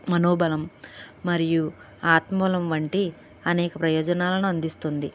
మనోబలం మరియు ఆత్మమూలం వంటి అనే ప్రయోజనాలను అందిస్తుంది